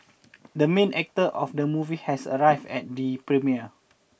the main actor of the movie has arrived at the premiere